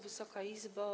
Wysoka Izbo!